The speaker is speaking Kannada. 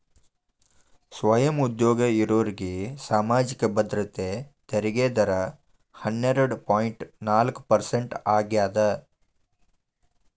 ಸ್ವಯಂ ಉದ್ಯೋಗ ಇರೋರ್ಗಿ ಸಾಮಾಜಿಕ ಭದ್ರತೆ ತೆರಿಗೆ ದರ ಹನ್ನೆರಡ್ ಪಾಯಿಂಟ್ ನಾಲ್ಕ್ ಪರ್ಸೆಂಟ್ ಆಗ್ಯಾದ